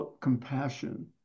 compassion